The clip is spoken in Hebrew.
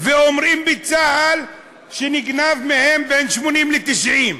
ואומרים בצה"ל שנגנבים מהם בין 80 ל-90,